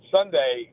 Sunday